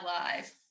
alive